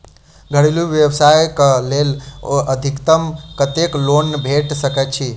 घरेलू व्यवसाय कऽ लेल अधिकतम कत्तेक लोन भेट सकय छई?